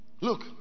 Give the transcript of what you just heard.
Look